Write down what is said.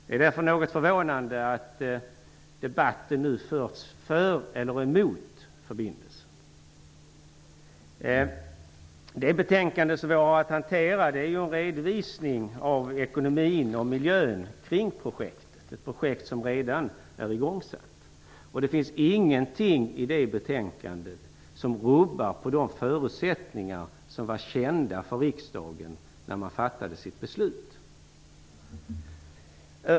Det är därför något förvånande att debatten nu förts för eller emot förbindelsen. Det betänkande som vi har att behandla är en redovisning av ekonomin och miljön kring projektet, ett projekt som redan är i gång. Det finns ingenting i det betänkandet som rubbar de förutsättningar som var kända för riksdagen när den fattade sitt beslut.